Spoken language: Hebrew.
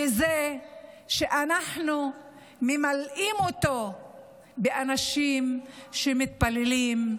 בזה שאנחנו ממלאים אותו באנשים שמתפללים,